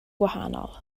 gwahanol